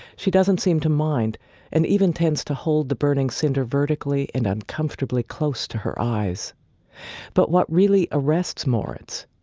she doesn't seem to mind and even tends to hold the burning cinder vertically and uncomfortably close to her eyes but what really arrests moritz,